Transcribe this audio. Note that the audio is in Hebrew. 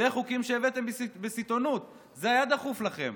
אלה חוקים שהבאתם בסיטונות, זה היה דחוף לכם,